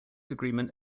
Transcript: agreement